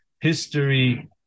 history